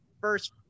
first